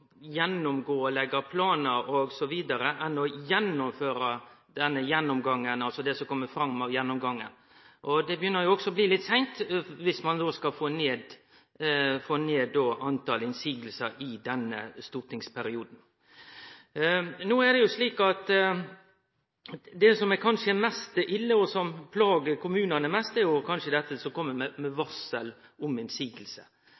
enn å gjennomføre det som kjem fram av gjennomgangen. Det begynner jo òg å bli litt seint om ein skal få ned talet på motsegner i denne stortingsperioden. Det som kanskje er mest ille og som plagar kommunane mest, er dette med varsel om motsegner, og at enkelte fylkesmenn brukar dette for å kome i dialog med